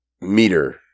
meter